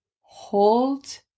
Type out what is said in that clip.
hold